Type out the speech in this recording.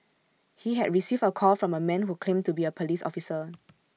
he had received A call from A man who claimed to be A Police officer